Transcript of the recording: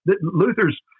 Luther's